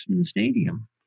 stadium